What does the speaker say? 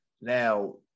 now